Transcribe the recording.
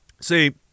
see